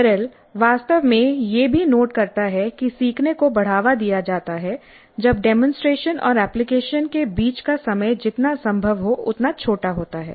Merrill वास्तव में यह भी नोट करता है कि सीखने को बढ़ावा दिया जाता है जब डेमोंसट्रेशन और एप्लीकेशन के बीच का समय जितना संभव हो उतना छोटा होता है